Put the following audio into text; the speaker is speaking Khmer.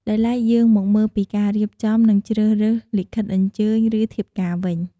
ដោយឡែកយើងមកមើលពីការរៀបចំ និង ជ្រើសរើសលិខិតអញ្ជើញ ឬ ធៀបការវិញ។